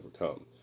overcome